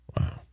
Wow